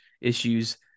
issues